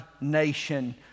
nation